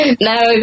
now